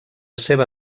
seva